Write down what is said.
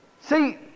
See